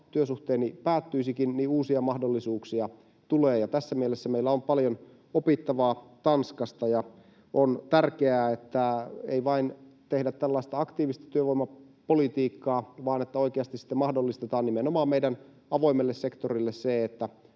työsuhde päättyisikin, uusia mahdollisuuksia tulee. Tässä mielessä meillä on paljon opittavaa Tanskasta. On tärkeää, että ei vain tehdä tällaista aktiivista työvoimapolitiikkaa, vaan oikeasti sitten mahdollistetaan nimenomaan meidän avoimelle sektorille se, että